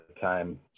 time